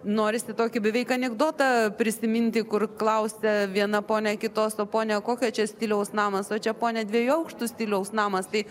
norisi tokį beveik anekdotą prisiminti kur klausia viena ponia kitos o ponia kokia čia stiliaus namas o čia ponia dviejų aukštų stiliaus namas tai